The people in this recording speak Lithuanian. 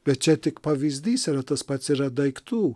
bet čia tik pavyzdys yra tas pats yra daiktų